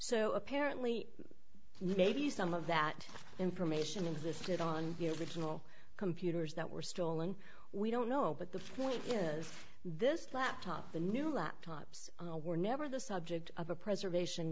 so apparently maybe some of that information into this kid on the original computers that were stolen we don't know but the point is this laptop the new laptops were never the subject of a preservation